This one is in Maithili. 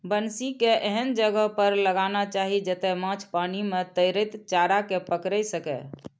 बंसी कें एहन जगह पर लगाना चाही, जतय माछ पानि मे तैरैत चारा कें पकड़ि सकय